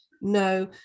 no